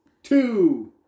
Two